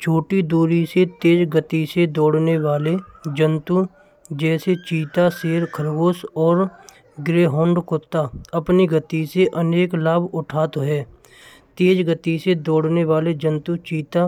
छोटी दूरी से तेज गति से दौड़ने वाले जन्तु जैसे चीता, शेर खरगोश और ग्रेहाउंड कुत्ता। अपनी गति से अनेक लाभ उठाते हैं। तेज गति से दौड़ने वाले जन्तु चीता।